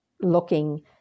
looking